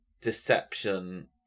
deception